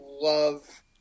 love